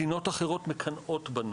מדינות אחרות מקנאות בנו.